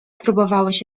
próbowałeś